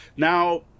Now